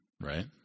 right